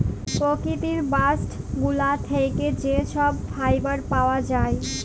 পকিতির বাস্ট গুলা থ্যাকে যা ছব ফাইবার পাউয়া যায়